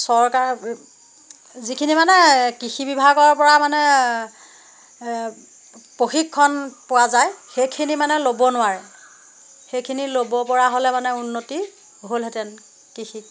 চৰকাৰে যিখিনি মানে কৃষি বিভাগৰ পৰা মানে প্ৰশিক্ষণ পোৱা যায় সেইখিনি মানে ল'ব নোৱাৰে সেইখিনি ল'ব পৰা হ'লে মানে উন্নতি হ'লহেঁতেন কৃষি